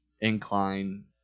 incline